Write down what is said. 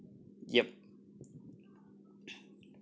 yup